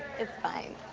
it's fine.